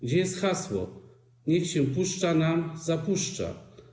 Gdzie jest hasło: niech się puszcza zapuszcza?